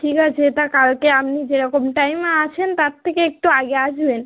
ঠিক আছে তা কালকে আপনি যেরকম টাইমে আসেন তার থেকে একটু আগে আসবেন